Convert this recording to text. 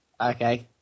Okay